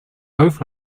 both